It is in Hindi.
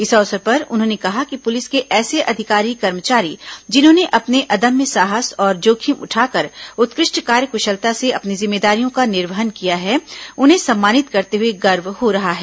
इस अवसर पर उन्होंने कहा कि पुलिस के ऐसे अधिकारी कर्मचारी जिन्होंने अपने अदम्य साहस और जोखिम उठाकर उत्कृष्ट कार्य कुशलता से अपनी जिम्मेदारियों का निवर्हन किया है उन्हें सम्मानित करते हुए गर्व हो रहा है